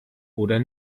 oder